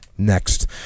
next